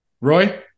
Roy